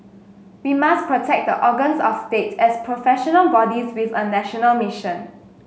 we must protect the organs of state as professional bodies with a national mission